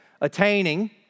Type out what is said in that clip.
attaining